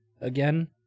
again